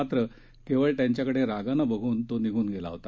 मात्र केवळ त्यांच्याकडे रागानं बघून तो निघून गेला होता